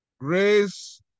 Grace